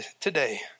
today